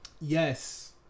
yes